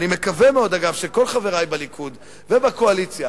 ואני מקווה מאוד שכל חברי בליכוד ובקואליציה,